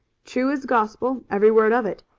true as gospel, every word of it.